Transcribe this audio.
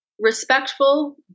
respectful